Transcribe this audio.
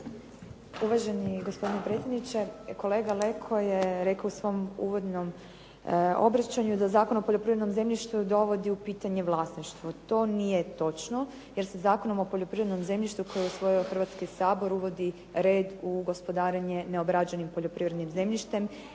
Uvaženi gospodine predsjedniče. Kolega Leko je rekao u svom uvodnom obraćanju da Zakon o poljoprivrednom zemljištu dovodi u pitanje vlasništvo. To nije točno, jer se Zakonom o poljoprivrednom zemljištu koji je usvojio Hrvatski sabor uvodi red u gospodarenje neobrađenim poljoprivrednim zemljištem